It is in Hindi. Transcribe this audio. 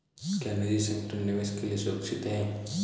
क्या निजी संगठन निवेश के लिए सुरक्षित हैं?